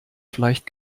vielleicht